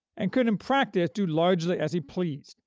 and could in practice do largely as he pleased,